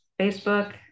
Facebook